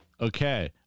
Okay